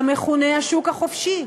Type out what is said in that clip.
המכונה השוק החופשי.